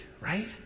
right